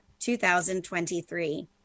2023